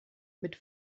mit